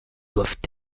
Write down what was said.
doivent